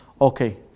Okay